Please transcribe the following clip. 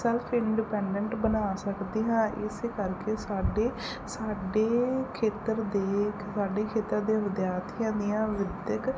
self independent ਬਣਾ ਸਕਦੇ ਹਾਂ ਇਸ ਕਰਕੇ ਸਾਡੇ ਸਾਡੇ ਖੇਤਰ ਦੇ ਸਾਡੇ ਖੇਤਰ ਦੇ ਵਿਦਿਆਰਥੀਆਂ ਦੀਆਂ ਵਿੱਦਿਅਕ